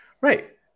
Right